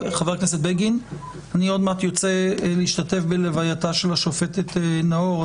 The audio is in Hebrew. אני עוד מעט יוצא להשתתף בלווייתה של השופטת נאור,